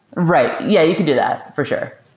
right. yeah, you could do that for sure.